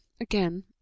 again